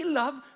love